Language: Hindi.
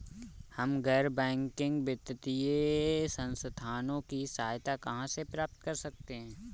हम गैर बैंकिंग वित्तीय संस्थानों की सहायता कहाँ से प्राप्त कर सकते हैं?